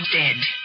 dead